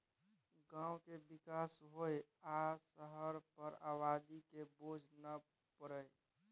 गांव के विकास होइ आ शहर पर आबादी के बोझ नइ परइ